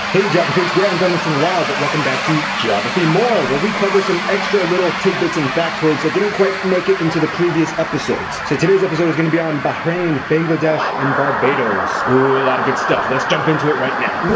hey geograpeeps! we haven't done this in a while, but welcome back to geography more, where we cover some extra little tidbits and factoids that didn't quite make it into the previous episodes. so today's episode is gonna be on bahrain, bangladesh, and barbados. ooh, a lot of good stuff. let's jump into it right now.